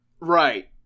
Right